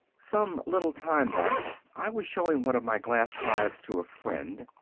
some little time back i was showing one of my glass hives to a friend,